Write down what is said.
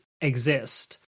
exist